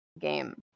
game